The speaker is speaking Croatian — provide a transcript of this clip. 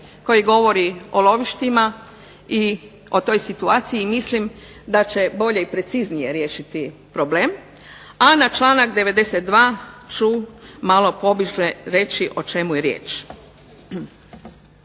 koji govori o lovištima i o toj situaciji i mislim da će bolje i preciznije riješiti problem. A na članak 92. ću malo poviše reći o čemu je riječ.